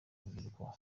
urubyiruko